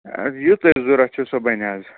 اَہَن حظ یہِ تۄہہِ ضروٗرت چھُو سُہ بَنہِ حظ